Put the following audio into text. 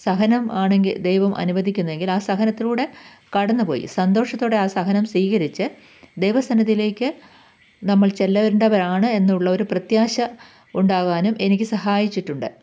സഹനം ആണെങ്കിൽ ദൈവം അനുവദിക്കുന്നെങ്കിൽ ആ സഹനത്തിലൂടെ കടന്ന് പോയി സന്തോഷത്തോടെ ആ സഹനം സ്വീകരിച്ച് ദൈവ സന്നിധിയിലേക്ക് നമ്മൾ ചെല്ലേണ്ടവരാണ് എന്നുള്ള ഒരു പ്രത്യാശ ഉണ്ടാകാനും എനിക്ക് സഹായിച്ചിട്ടുണ്ട്